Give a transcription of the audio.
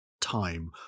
time